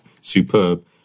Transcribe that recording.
superb